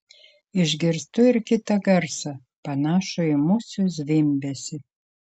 išgirstu ir kitą garsą panašų į musių zvimbesį